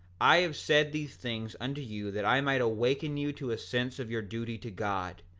i have said these things unto you that i might awaken you to a sense of your duty to god,